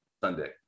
Sunday